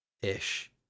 ish